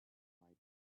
might